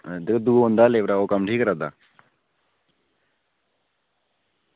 ते दूआ बंदा लेबरा दा ओह् कम्म ठीक करा दा